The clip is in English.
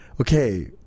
okay